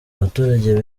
abaturage